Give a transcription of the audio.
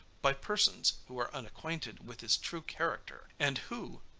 by persons who are unacquainted with his true character, and who,